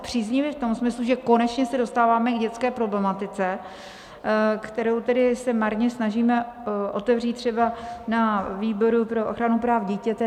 Příznivý v tom smyslu, že se konečně dostáváme k dětské problematice, kterou se tedy marně snažíme otevřít třeba na výboru pro ochranu práv dítěte.